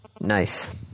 Nice